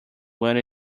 want